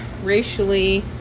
racially